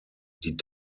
die